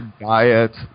diet